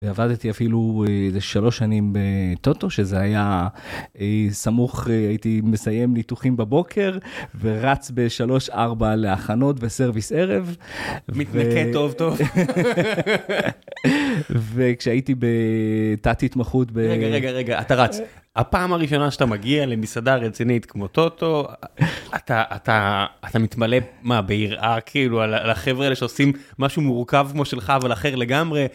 ועבדתי אפילו שלוש שנים בטוטו, שזה היה סמוך, הייתי מסיים ניתוחים בבוקר, ורץ בשלוש-ארבע להכנות וסרוויס ערב. מתנקה טוב-טוב. וכשהייתי בתת התמחות ב... רגע, רגע, רגע, אתה רץ. הפעם הראשונה שאתה מגיע למסעדה רצינית כמו טוטו, אתה מתמלא מה, ביראה כאילו על החבר'ה האלה שעושים משהו מורכב כמו שלך, אבל אחר לגמרי?